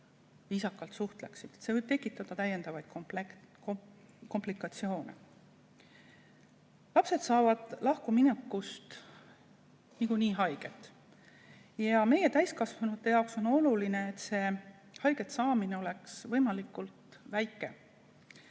viisakalt suhtleksid. See võib tekitada täiendavaid komplikatsioone. Lapsed saavad lahkumineku tõttu niikuinii haiget. Meie, täiskasvanute jaoks on oluline, et haiget saadaks võimalikult vähe,